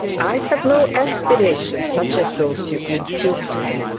i have no aspirations such as those you impute to me.